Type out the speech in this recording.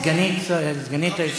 היא סגנית היושב-ראש.